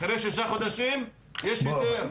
אחרי שלושה חודשים יש היתר.